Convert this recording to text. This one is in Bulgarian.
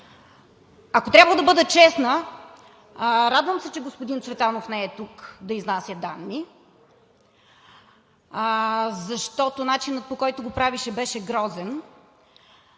Ако трябва да бъда честна, радвам се, че господин Цветанов не е тук да изнася данни, защото начинът, по който го правеше, беше грозен